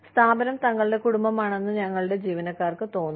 സ്ഥാപനം തങ്ങളുടെ കുടുംബമാണെന്ന് ഞങ്ങളുടെ ജീവനക്കാർക്ക് തോന്നണം